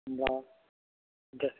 होमब्ला दे